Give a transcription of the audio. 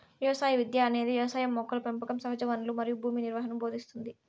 వ్యవసాయ విద్య అనేది వ్యవసాయం మొక్కల పెంపకం సహజవనరులు మరియు భూమి నిర్వహణను భోదింస్తుంది